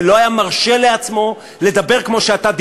לא היה מרשה לעצמו לדבר כמו שאתה דיברת,